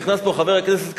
נכנס לו חבר הכנסת כץ,